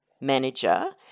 manager